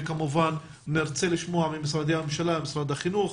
וכמובן נרצה לשמוע ממשרדי הממשלה ממשרד החינוך,